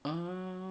uh